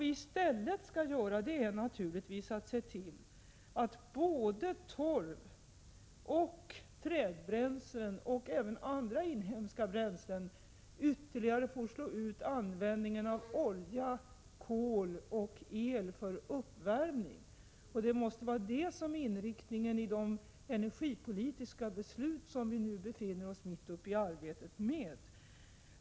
I stället bör vi se till att både torv och trädbränslen och även andra inhemska bränslen ytterligare får slå ut användningen av olja, kol och el för uppvärmning. Det måste vara inriktningen i de energipolitiska beslut som vi nu befinner oss mitt uppe i förberedelserna för.